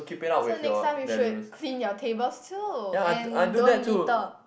so next time you should clean your tables too and don't litter